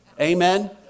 Amen